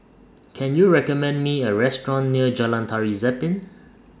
Can YOU recommend Me A Restaurant near Jalan Tari Zapin